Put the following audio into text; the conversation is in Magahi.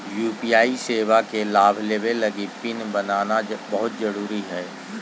यू.पी.आई सेवा के लाभ लेबे लगी पिन बनाना बहुत जरुरी हइ